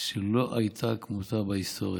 שלא הייתה כמותה בהיסטוריה.